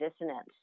dissonance